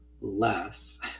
less